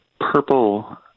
purple